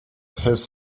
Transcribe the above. his